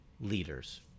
leaders